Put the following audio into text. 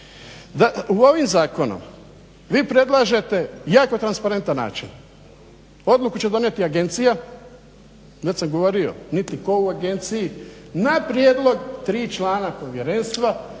Ovim zakonom vi predlažete jako transparentan način. Odluku će donijeti agencija, već samo govorio niti tko u agenciji na prijedlog tri člana povjerenstva